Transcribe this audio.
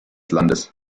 landes